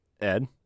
Ed